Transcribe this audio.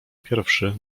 pierwszy